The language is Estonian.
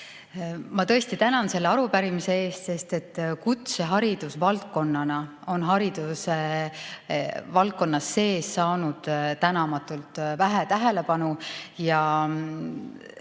Ma tänan selle arupärimise eest. Kutseharidus valdkonnana on haridusvaldkonna sees saanud tänamatult vähe tähelepanu.